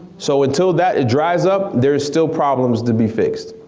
so until that dries up, there is still problems to be fixed.